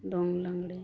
ᱫᱚᱝ ᱞᱟᱜᱽᱬᱮ